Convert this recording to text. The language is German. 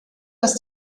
dass